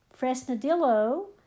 Fresnadillo